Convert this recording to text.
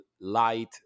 light-